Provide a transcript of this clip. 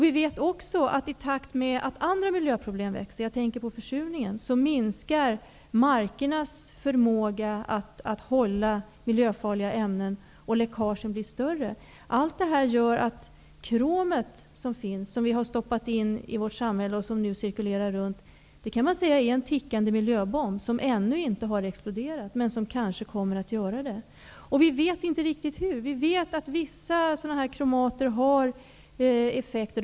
I takt med att andra miljöproblem växer -- jag tänker på försurningen -- minskar också markernas förmåga att hålla miljöfarliga ämnen, och läckagen blir större. Allt det här gör att kromet som vi har stoppat in i vårt samhälle och som nu cirkulerar runt är en tickande miljöbomb, som ännu inte har exploderat men som kanske kommer att göra det, och vi vet inte riktigt hur. Vi vet att en del kromater har vissa effekter.